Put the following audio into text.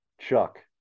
chuck